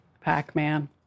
Pac-Man